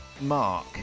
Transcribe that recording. Mark